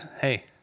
hey